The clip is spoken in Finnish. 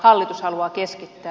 hallitus haluaa keskittää